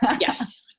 Yes